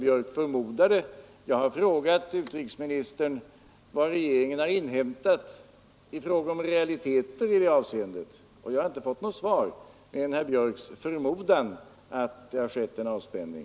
Jag har frågat utrikesministern vad regeringen har inhämtat beträffande realiteterna i det avseendet men jag har inte fått något annat svar än herr Björks förmodan att det har skett en avspänning.